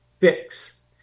fix